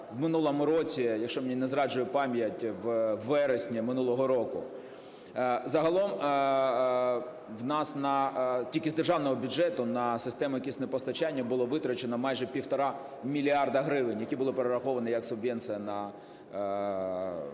в минулому році, якщо мені не зраджує пам'ять, у вересні минулого року. Загалом в нас тільки з державного бюджету на системи киснепостачання було витрачено майже півтора мільярда гривень, які були перераховані як субвенція в регіони.